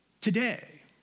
today